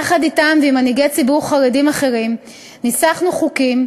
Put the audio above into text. יחד אתם ועם מנהיגי ציבור חרדים אחרים ניסחנו חוקים